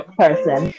person